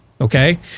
Okay